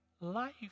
life